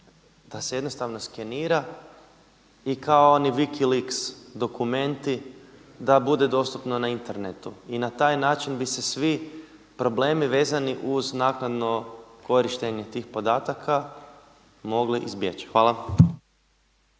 da se jednostavno skenira i kao oni Vicki Links dokumenti da bude dostupno na internetu i na taj način bi se svi problemi vezani uz naknadno korištenje tih podataka mogli izbjeći. Hvala.